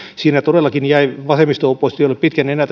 kuviossa todellakin jäi vasemmisto oppositiolle pitkä nenä